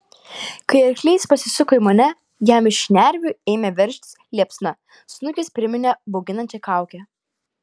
kai arklys pasisuko į mane jam iš šnervių ėmė veržtis liepsna snukis priminė bauginančią kaukę